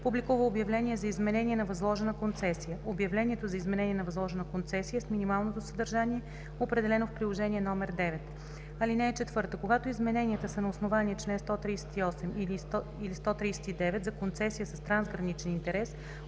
публикува обявление за изменение на възложена концесия. Обявлението за изменение на възложена концесия е с минималното съдържание, определено в Приложение № 9. (4) Когато измененията са на основание по чл. 138 или 139, за концесия с трансграничен интерес